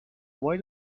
why